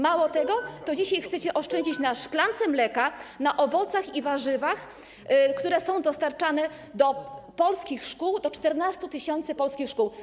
Mało tego, dzisiaj chcecie oszczędzić na szklance mleka, na owocach i warzywach, które są dostarczane do polskich szkół, do 14 tys. polskich szkół.